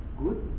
good